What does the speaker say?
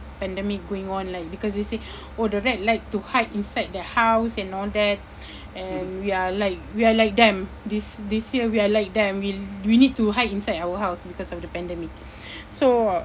pandemic going on like because they say oh the rat like to hide inside the house and all that and we are like we are like them this this year we are like them we'll we need to hide inside our house because of the pandemic so uh